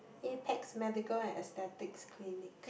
Apex medical and aesthetics